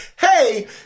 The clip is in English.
hey